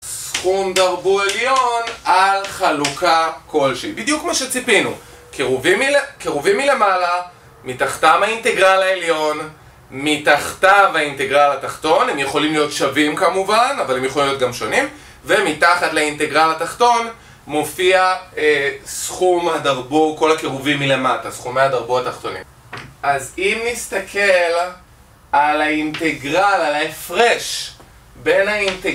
סכום דארבו עליון על חלוקה כלשהי. בדיוק מה שציפינו. קירובים מלמעלה, מתחתם האינטגרל העליון, מתחתיו האינטגרל התחתון, הם יכולים להיות שווים כמובן, אבל הם יכולים להיות גם שונים. ומתחת לאינטגרל התחתון מופיע סכום הדארבו, כל הקירובים מלמטה, סכומי הדארבו התחתונים. אז אם נסתכל על האינטגרל, על ההפרש בין האינט...